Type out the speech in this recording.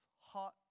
hot